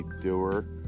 doer